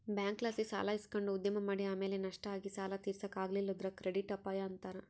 ಬ್ಯಾಂಕ್ಲಾಸಿ ಸಾಲ ಇಸಕಂಡು ಉದ್ಯಮ ಮಾಡಿ ಆಮೇಲೆ ನಷ್ಟ ಆಗಿ ಸಾಲ ತೀರ್ಸಾಕ ಆಗಲಿಲ್ಲುದ್ರ ಕ್ರೆಡಿಟ್ ಅಪಾಯ ಅಂತಾರ